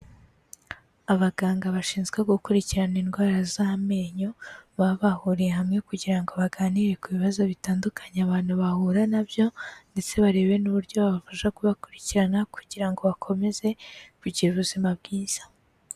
Abaganga bashinzwe gukurikirana indwara z'amenyo, baba bahuriye hamwe kugira ngo baganire ku bibazo bitandukanye abantu bahura na byo, ndetse barebe n'uburyo babafasha kubakurikirana kugira ngo bakomeze kugira ubuzima bwiza.